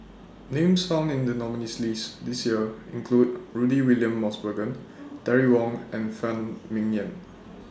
Names found in The nominees' list This Year include Rudy William Mosbergen Terry Wong and Phan Ming Yen